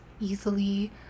easily